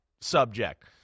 subject